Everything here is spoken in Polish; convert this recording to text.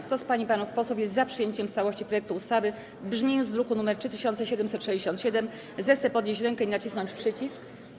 Kto z pań i panów posłów jest za przyjęciem w całości projektu ustawy w brzmieniu z druku nr 3767, zechce podnieść rękę i nacisnąć przycisk.